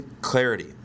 clarity